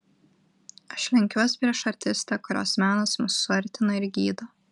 aš lenkiuos prieš artistę kurios menas mus suartina ir gydo